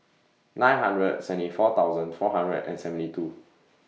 nine hundred seventy four thousand four hundred and seventy two